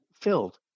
filled